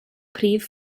prif